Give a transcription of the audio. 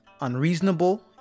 unreasonable